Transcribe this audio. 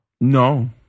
No